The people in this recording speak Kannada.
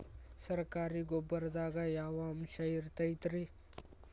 ಸರಕಾರಿ ಗೊಬ್ಬರದಾಗ ಯಾವ ಅಂಶ ಇರತೈತ್ರಿ?